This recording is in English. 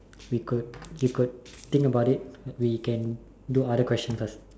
we could we could think about it we can do other questions first